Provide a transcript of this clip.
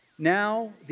Now